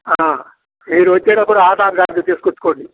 మీరు వచ్చేటప్పుడు ఆధార్ కార్డు తీసుకొచ్చుకోండి